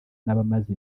n’abamaze